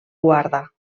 guarda